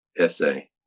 essay